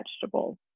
vegetables